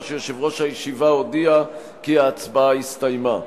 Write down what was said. שיושב-ראש הישיבה הודיע כי ההצבעה הסתיימה.